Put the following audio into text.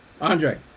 Andre